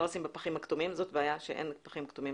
לשים בפחים הכתומים זאת בעיה שאין פחים כתומים